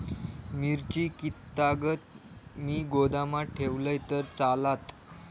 मिरची कीततागत मी गोदामात ठेवलंय तर चालात?